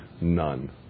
none